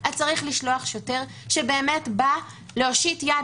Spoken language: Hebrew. אז צריך לשלוח שוטר שבאמת בא להושיט יד